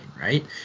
right